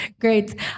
Great